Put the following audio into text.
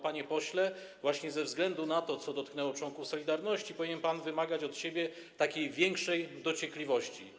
Panie pośle, właśnie ze względu na to, co dotknęło członków „Solidarności”, powinien pan wymagać od siebie większej dociekliwości.